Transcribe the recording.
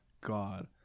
God